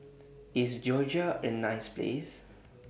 IS Georgia A nice Place